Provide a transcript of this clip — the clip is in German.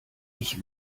ich